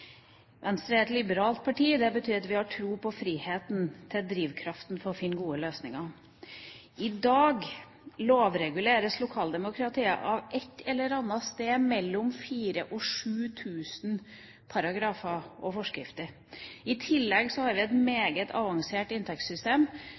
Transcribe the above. Venstre er et liberalt parti. Det betyr at vi har tro på friheten, det er drivkraften for å finne de gode løsningene. I dag lovreguleres lokaldemokratiet av et sted mellom 4 000 og 7 000 paragrafer og forskrifter. I tillegg har vi et